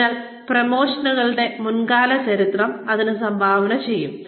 അതിനാൽ പ്രമോഷനുകളുടെ മുൻകാല ചരിത്രം ഇതിന് സംഭാവന ചെയ്യും